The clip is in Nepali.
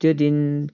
त्यो दिन